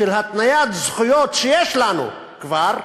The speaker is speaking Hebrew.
של התניית זכויות, שיש לנו כבר,